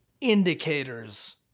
indicators